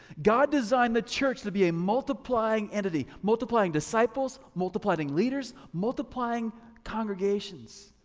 god designed the church to be a multiplying entity, multiplying disciples, multiplying leaders, multiplying congregations.